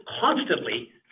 constantly